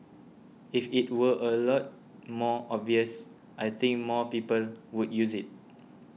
if it were a lot more obvious I think more people would use it